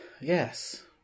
yes